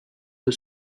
que